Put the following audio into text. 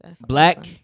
black